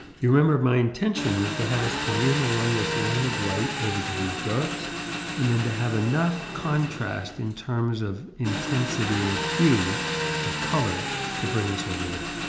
you remember my intention was to have us come in along this line of light over to these darks and then to have enough contrast in terms of intensity of hue of color to bring us over there.